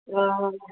ओ